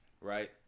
right